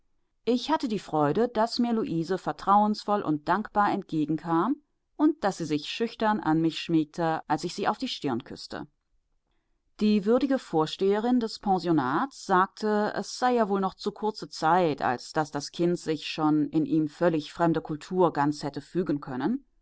ich hatte die freude daß mir luise vertrauensvoll und dankbar entgegenkam und daß sie sich schüchtern an mich schmiegte als ich sie auf die stirn küßte die würdige vorsteherin des pensionats sagte es sei ja wohl noch zu kurze zeit als daß das kind sich schon in ihm völlig fremde kultur ganz hätte fügen können